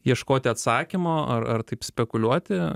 ieškoti atsakymo ar ar taip spekuliuoti